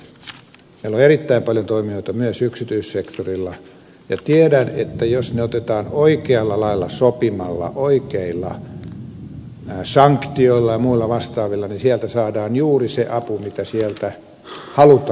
meillä on erittäin paljon toimijoita myös yksityissektorilla ja tiedän että jos heidät otetaan mukaan oikealla lailla sopimalla oikeilla sanktioilla ja muilla vastaavilla niin sieltä saadaan juuri se apu mitä sieltä halutaan saatavan